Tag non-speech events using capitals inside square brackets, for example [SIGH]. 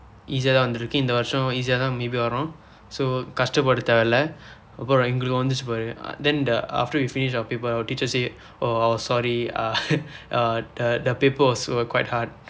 easy ஆக தான் வந்திருக்கு இந்த வருடமும்:yaaga thaan vandthirukku indtha varudamum easy ஆக தான்:yaaga thaan maybe வரும்:varum so கஷ்ட்டபட தேவையில்லை அப்புறம் எங்களுக்கு வந்தது பாரு:kashtapada thevaiyillai appuram engkalukku vandthathu paaru then the after we finish our people our teacher say oh sorry[eh] [LAUGHS] eh eh the papers was quite hard